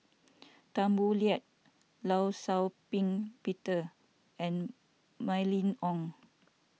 Tan Boo Liat Law Shau Ping Peter and Mylene Ong